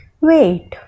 Wait